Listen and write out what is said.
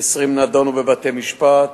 20 נדונו בבתי-משפט,